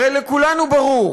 הרי לכולנו ברור.